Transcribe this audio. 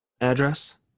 address